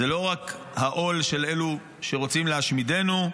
זה לא רק העול של אלו שרוצים להשמידנו.